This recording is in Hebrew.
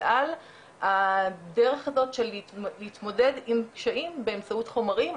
ועל הדרך הזאת של להתמודד עם קשיים באמצעות חומרים,